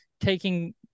taking